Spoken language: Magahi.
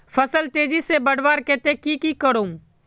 फल तेजी से बढ़वार केते की की करूम?